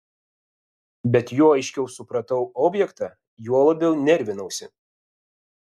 bet juo aiškiau supratau objektą juo labiau nervinausi